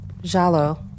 Jalo